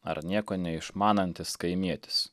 ar nieko neišmanantis kaimietis